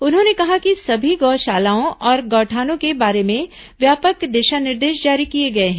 उन्होंने कहा कि सभी गौ शालाओं और गौठानों के बारे में व्यापक दिशा निर्देश जारी किए गए हैं